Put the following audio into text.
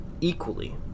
equally